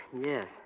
Yes